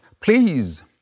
Please